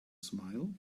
smile